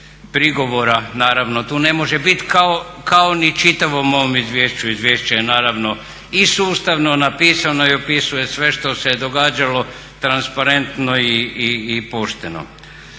prigovora naravno tu ne može biti kao ni čitavom ovom izvješću. Izvješće je naravno i sustavno napisano i opisuje sve što se događalo transparentno i pošteno.